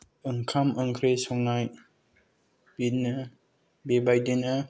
ओंखाम ओंख्रै संनाय बिदिनो बेबायदिनो